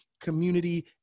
community